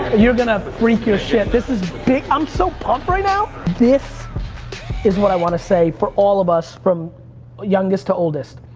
you're gonna freak your shit. this is big, i'm so pumped right now. this is what i want to say for all of us, from youngest to oldest.